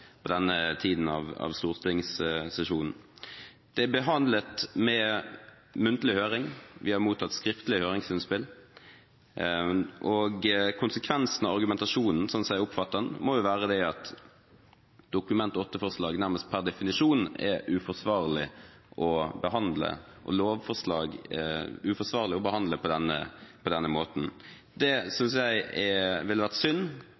denne tiden av stortingssesjonen. Det er behandlet med muntlig høring. Vi har mottatt skriftlige høringsinnspill, og konsekvensene av argumentasjonen, slik jeg oppfatter den, må jo være at Dokument 8-forslag nærmest per definisjon er uforsvarlig å behandle og lovforslag uforsvarlig å behandle på denne måten. Jeg synes det ville vært synd